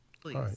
Please